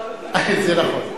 לא על, זה נכון.